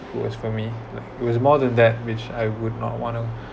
worst for me it was more than that which I would not want to